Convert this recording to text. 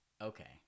okay